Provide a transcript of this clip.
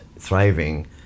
thriving